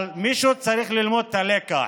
אבל מישהו צריך ללמוד את הלקח.